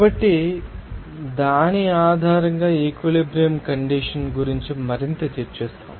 కాబట్టి దాని ఆధారంగా ఈక్విలిబ్రియం కండిషన్స్ గురించి మరింత చర్చిస్తాము